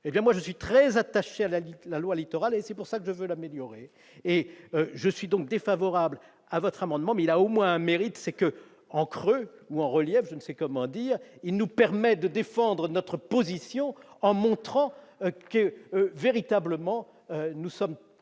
moi, je suis très attaché à la loi Littoral ; c'est pourquoi je veux l'améliorer ! Je suis donc défavorable à cet amendement, mais il a au moins un mérite : en creux, ou en relief, je ne sais comment dire, il nous permet de défendre notre position en montrant que nous sommes